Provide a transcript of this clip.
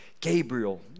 gabriel